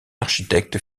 architecte